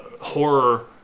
horror